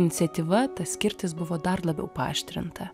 iniciatyva ta skirtis buvo dar labiau paaštrinta